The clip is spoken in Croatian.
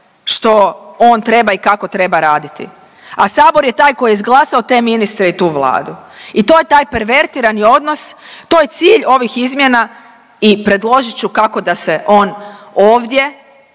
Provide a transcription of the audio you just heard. što on treba i kako treba raditi, a Sabor je taj koji je izglasao te ministre i tu Vladu i to je taj pervertirani odnos, to je cilj ovih izmjena i predložit ću kako da se on ovdje